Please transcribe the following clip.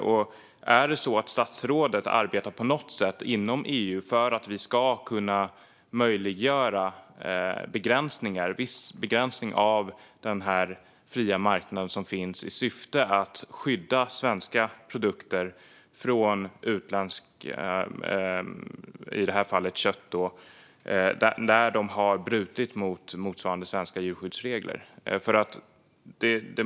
Arbetar statsrådet inom EU för att vi ska kunna möjliggöra en viss begränsning av den fria marknad som finns, i syfte att skydda svenska produkter, i det här fallet kött, när man i andra länder har brutit mot motsvarande svenska djurskyddsregler?